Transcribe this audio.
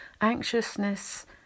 Anxiousness